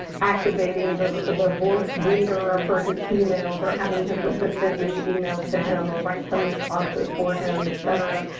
activating the ah the voice reader ah for his emails or having his assistant read emails to him or write some responses for him, etcetera.